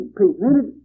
presented